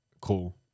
cool